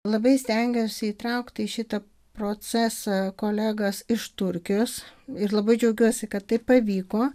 labai stengiausi įtraukti į šitą procesą kolegas iš turkijos ir labai džiaugiuosi kad tai pavyko